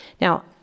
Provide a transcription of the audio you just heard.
Now